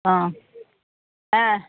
ಹಾಂ ಹಾಂ